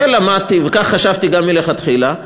ולמדתי, וכך חשבתי גם מלכתחילה,